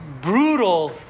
brutal